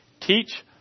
Teach